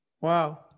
wow